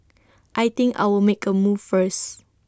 I think I'll make A move first